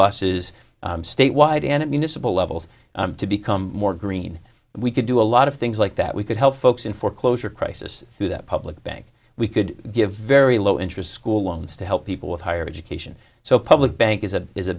buses statewide and it mean a simple level of to become more green we could do a lot of things like that we could help folks in foreclosure crisis through that public bank we could give very low interest school loans to help people with higher education so public bank is a is a